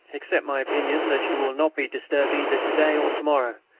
except my opinion that you will not be disturbed either to-day or to-morrow.